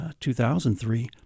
2003